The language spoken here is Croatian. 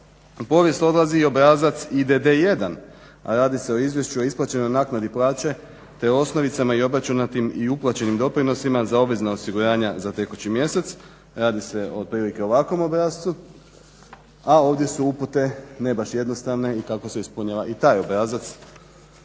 povijest odlazi i obrazac IDD-1 a radi se o izvješću o isplaćenoj naknadi plaće te osnovicama i obračunatim i uplaćenim doprinosima za obvezna osiguranja za tekući mjesec, radi se o otprilike o ovakvom obrascu a ovdje su upute ne baš jednostavne kako se ispunjava i taj obrazac